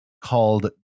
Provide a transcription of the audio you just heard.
called